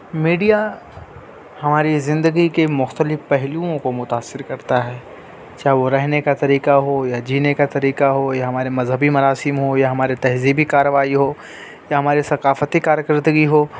media ہماری زندگی کے مختلف پہلوؤں کو متأثر کرتا ہے چاہے وہ رہنے کا طریقہ ہو یا جینے کا طریقہ ہو یا ہمارے مذہبی مراسم ہوں یا ہمارے تہذیبی کارروائی ہو یا ہماری ثقافتی کارکردگی ہو